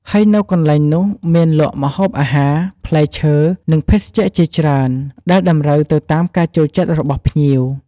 ហើយនៅកន្លែងនោះមានលក់ ម្ហូបអាហារ ផ្លែឈើ និងភេសជ្ជៈជាច្រើន ដែលតម្រូវទៅតាមការចូលចិត្តរបស់ភ្ញៀវ។